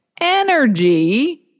energy